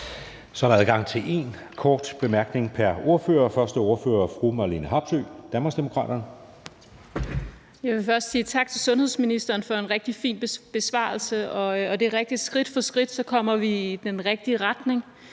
Så er der adgang til én kort bemærkning pr. ordfører. Første ordfører er fru Marlene Harpsøe, Danmarksdemokraterne. Kl. 14:22 Marlene Harpsøe (DD): Jeg vil først sige tak til sundhedsministeren for en rigtig fin besvarelse, og det er rigtigt, at skridt for skridt kommer vi i den rigtige retning.